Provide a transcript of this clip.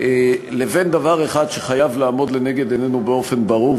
לבין דבר אחד שחייב לעמוד לנגד עינינו באופן ברור,